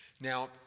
now